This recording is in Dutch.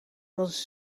was